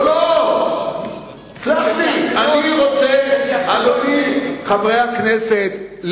לא, תסלח לי, חבר הכנסת.